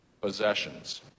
Possessions